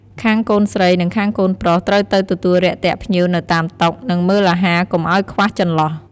ខាងកូនស្រីនិងខាងកូនប្រុស ត្រូវទៅទទួលរាក់ទាក់ភ្ញៀវនៅតាមតុ និងមើលអាហារកុំអោយខ្វះចន្លោះ។